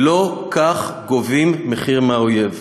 לא כך גובים מחיר מהאויב.